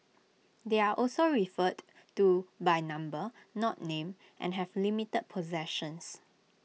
they are also referred to by number not name and have limited possessions